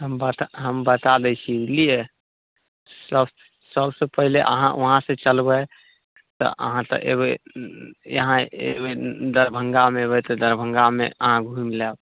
बता हम बता दै छी बुझलिए सब सबसँ पहिले अहाँ वहाँसँ चलबै तऽ अहाँ तऽ अएबै यहाँ अएबै दरभङ्गामे अएबै तऽ दरभङ्गामे अहाँ घुमि लेब